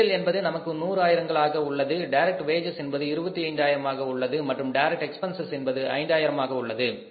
material என்பது நமக்கு நூறு ஆயிரங்கள் ஆக உள்ளது டைரக்ட் வேஜஸ் என்பது 25 ஆயிரமாக உள்ளது மற்றும் டைரக்ட் எக்பென்சஸ் என்பது 5000 ஆக உள்ளது